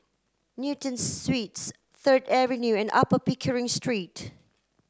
Newton Suites Third Avenue and Upper Pickering Street